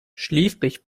schläfrig